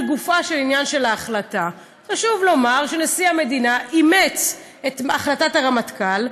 לגופה של ההחלטה: חשוב לומר שנשיא המדינה אימץ את החלטת הרמטכ"ל,